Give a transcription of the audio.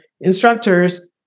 instructors